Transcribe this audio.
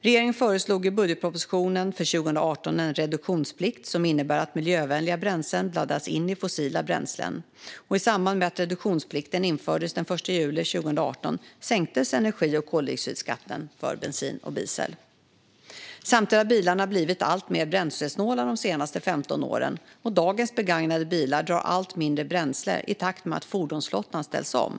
Regeringen föreslog i budgetpropositionen för 2018 en reduktionsplikt som innebär att miljövänliga bränslen blandas in i fossila bränslen. I samband med att reduktionsplikten infördes den 1 juli 2018 sänktes energi och koldioxidskatten för bensin och diesel. Samtidigt har bilarna blivit alltmer bränslesnåla de senaste 15 åren, och dagens begagnade bilar drar allt mindre bränsle i takt med att fordonsflottan ställs om.